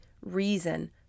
reason